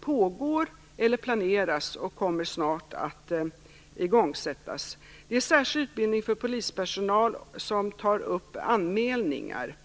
pågår eller som planeras och som snart kommer att igångsättas. Det gäller särskild utbildning för polispersonal som tar upp anmälningar.